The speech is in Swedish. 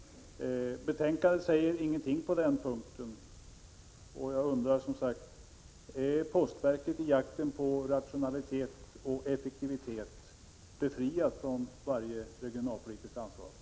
Betänkandet säger ingenting på den punkten, och jag undrar som sagt: Är postverket i jakten på rationalitet och effektivitet befriat från varje regionalpolitiskt ansvar?